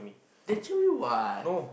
they too what